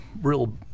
real